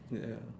ya